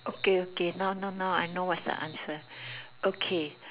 okay okay no no no I know what is the answer okay